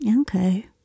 Okay